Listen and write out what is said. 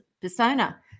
persona